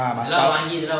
ah